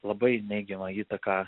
labai neigiamą įtaką